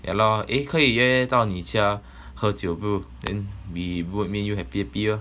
yeah lah eh 可以约到你家喝酒 bro then we would make you happy happier